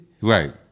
Right